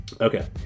Okay